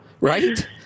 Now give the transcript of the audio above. right